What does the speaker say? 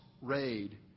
raid